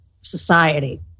society